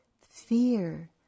fear